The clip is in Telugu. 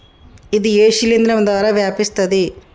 ఇది ఏ శిలింద్రం ద్వారా వ్యాపిస్తది?